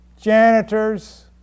janitors